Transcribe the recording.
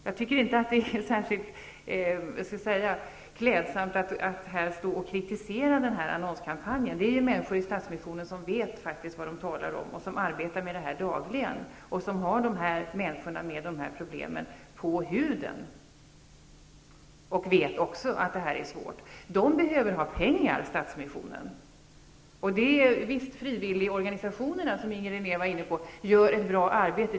Jag tycker inte att det är särskilt klädsamt att här kritisera Stadsmissionens annonskampanj -- personalen i Stadsmissionen arbetar dagligen med människorna med de här problemen och har dem inpå huden; de vet faktiskt vad de talar om. De vet också att det här är svårt. Stadsmissionen behöver ha pengar. Frivilligorganisationerna gör, sade Inger René, ett bra arbete.